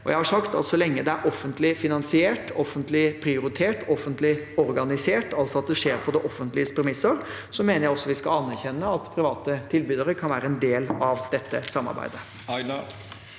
Jeg har sagt at så lenge det er offentlig finansiert, offentlig prioritert og offentlig organisert, altså at det skjer på det offentliges premisser, mener jeg vi skal anerkjenne at private tilbydere kan være en del av dette samarbeidet.